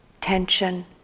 tension